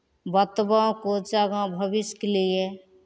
बतबह किछु आगाँ भविष्यके लिए